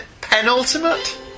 penultimate